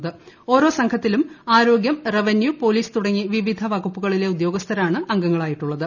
ഓരോ സംഘത്തിലും ആരോഗ്യം റവന്യൂ പോലീസ് തുടങ്ങി വിവിധ വകുപ്പുകളില്ല് ഉദ്യോഗസ്ഥരാണ് അംഗങ്ങളായിട്ടുള്ളത്